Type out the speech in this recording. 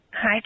hi